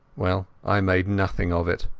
well, i made nothing of it.